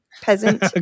peasant